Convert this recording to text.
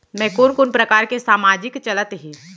मैं कोन कोन प्रकार के सामाजिक चलत हे?